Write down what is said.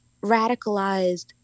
radicalized